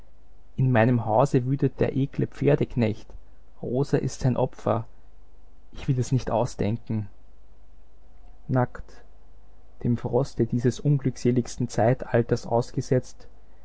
in meinem hause wütet der ekle pferdeknecht rosa ist sein opfer ich will es nicht ausdenken nackt dem froste dieses unglückseligsten zeitalters ausgesetzt